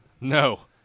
No